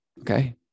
okay